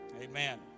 Amen